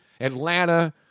Atlanta